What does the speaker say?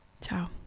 Ciao